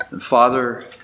Father